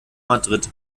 madrid